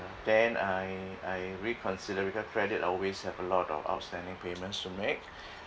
uh then I I reconsider because credit always have a lot of outstanding payments to make